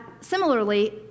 similarly